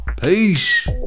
Peace